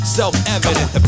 self-evident